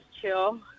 chill